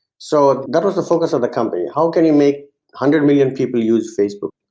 so ah that was the focus of the company, how can you make hundred million people use facebook,